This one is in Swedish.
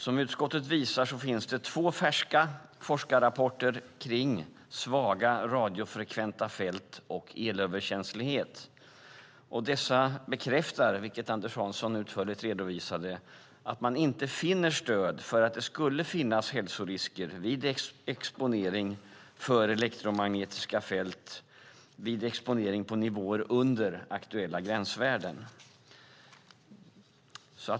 Som utskottet visar finns det två färska forskarrapporter kring svaga radiofrekventa fält och elöverkänslighet. Dessa bekräftar, vilket Anders Hansson utförligt redovisade, att man inte finner stöd för att det skulle finnas hälsorisker vid exponering för elektromagnetiska fält vid exponering på nivåer under aktuella gränsvärden.